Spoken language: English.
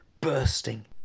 bursting